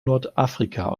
nordafrika